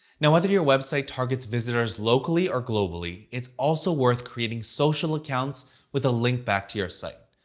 now, whether your website targets visitors locally or globally, it's also worth creating social accounts with a link back to your site.